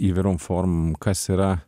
įvairiom formom kas yra